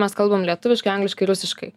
mes kalbam lietuviškai angliškai rusiškai